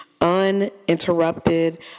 uninterrupted